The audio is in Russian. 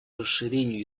расширению